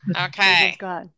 Okay